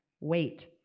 wait